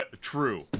true